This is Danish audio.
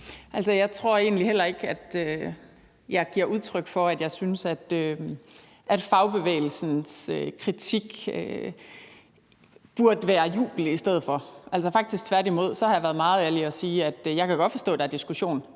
egentlig heller ikke, at jeg giver udtryk for, at jeg synes, at fagbevægelsens kritik burde være jubel i stedet for. Tværtimod har jeg faktisk været meget ærlig og sagt, at jeg godt kan forstå, der er diskussion,